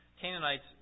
Canaanites